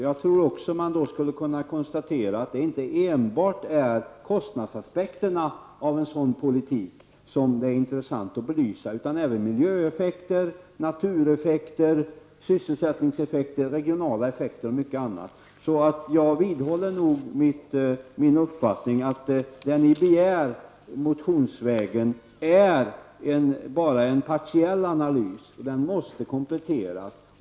Jag tror att man då skulle kunna konstatera att det inte enbart är kostnadsaspekterna av en sådan politik som det är intressant att belysa utan även miljöeffekter, natureffekter, sysselsättningseffekter, regionala effekter och mycket annat. Jag vidhåller min uppfattning att det ni motionsvägen begär bara är en partiell analys. Den måste kompletteras.